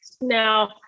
Now